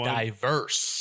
diverse